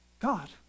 God